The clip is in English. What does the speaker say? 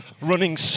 running